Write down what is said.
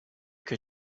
que